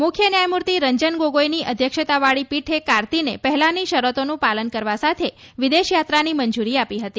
મુખ્ય ન્યાયમૂર્તિ રંજન ગોગોઇની અધ્યક્ષતાવાળી પીઠે કાર્તિને પહેલાની શરતોનું પાલન કરવા સાથે વિદેશ યાત્રાની મંજૂરી આપી હતી